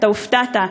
אתה הופתעת,